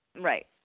Right